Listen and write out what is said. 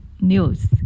news